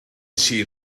see